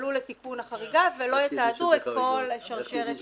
ויפעלו לתיקון החריגה, ולא יתעדו את כל השרשרת.